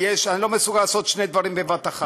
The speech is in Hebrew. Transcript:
אני לא מסוגל לעשות שני דברים בבת אחת.